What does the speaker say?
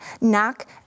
knock